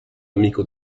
amico